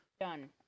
Done